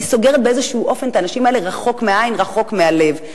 היא סוגרת באיזה אופן את האנשים האלה רחוק מהעין רחוק מהלב.